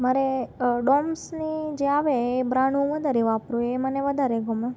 મારે ડોમ્સની જે આવે એ બ્રાન્ડ હું વધારે વાપરું એ મને વધારે ગમે